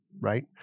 right